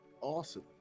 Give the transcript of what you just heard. Awesome